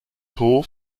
hof